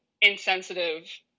insensitive